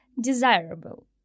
desirable